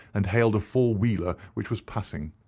and hailed a four-wheeler which was passing.